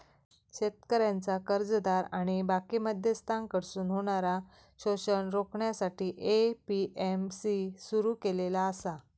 शेतकऱ्यांचा कर्जदार आणि बाकी मध्यस्थांकडसून होणारा शोषण रोखण्यासाठी ए.पी.एम.सी सुरू केलेला आसा